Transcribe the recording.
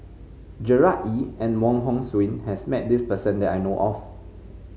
Gerard Ee and Wong Hong Suen has met this person that I know of